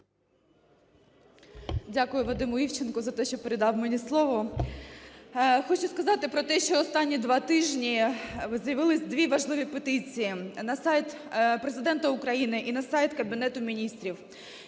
Дякую Вадиму Івченку за те, що передав мені слово. Хочу сказати про те, що в останні два тижні з'явились дві важливі петиції на сайт Президента України і на сайт Кабінету Міністрів.